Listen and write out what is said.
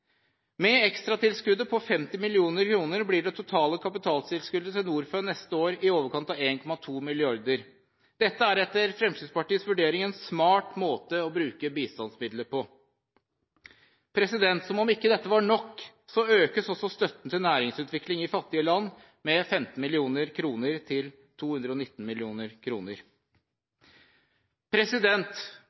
Med ekstratilskuddet på 50 mill. kr blir det totale kapitaltilskuddet til Norfund neste år i overkant av 1,2 mrd. kr. Dette er etter Fremskrittspartiets vurdering en smart måte å bruke bistandsmidler på. Som om ikke dette var nok, økes også støtten til næringsutvikling i fattige land med 15 mill. kr til 219